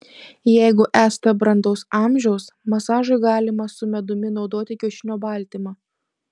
jeigu esate brandaus amžiaus masažui galima su medumi naudoti kiaušinio baltymą